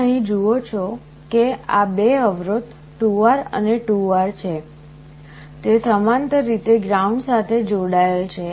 તમે અહીં જુઓ છો કે આ 2 અવરોધ 2R અને 2R છે તે સમાંતર રીતે ગ્રાઉન્ડ સાથે જોડાયેલ છે